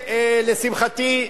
לשמחתי,